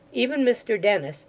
even mr dennis,